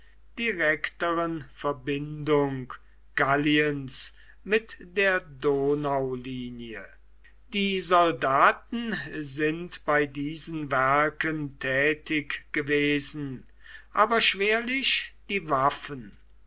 direkteren verbindung galliens mit der donaulinie die soldaten sind bei diesen werken tätig gewesen aber schwerlich die waffen